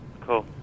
Cool